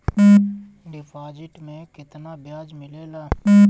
Deposit मे केतना बयाज मिलेला?